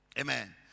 amen